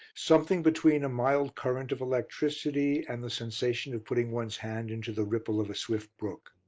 something between a mild current of electricity and the sensation of putting one's hand into the ripple of a swift brook.